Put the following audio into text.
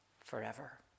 forever